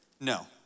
No